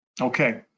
Okay